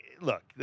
look